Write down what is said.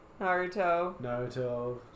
Naruto